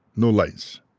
no lights.